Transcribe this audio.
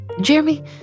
Jeremy